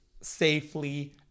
safely